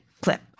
clip